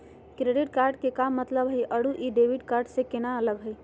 Credit card के का मतलब हई अरू ई डेबिट कार्ड स केना अलग हई?